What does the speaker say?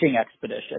expedition